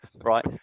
right